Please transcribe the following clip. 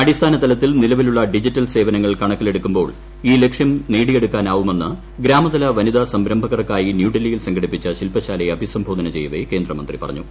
അടിസ്ഥാനതലത്തിൽ നിലവിലുള്ള ഡിജിറ്റൽ സേവനങ്ങൾ കണക്കിലെടുക്കുമ്പോൾ ഈ ലക്ഷ്യം നേടിയെടുക്കാനാവുമെന്ന് ഗ്രാമതല വനിതാ സംരംഭകർക്കായി ന്യൂഡൽഹിയിൽ സംഘടിപ്പിച്ച ശില്പശാലയെ അഭിസംബോധന ചെയ്യവേ കേന്ദ്രമന്ത്രി പറഞ്ഞു